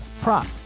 prop